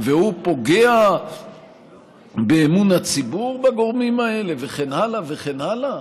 והוא פוגע באמון הציבור בגורמים האלה וכן הלאה וכן הלאה?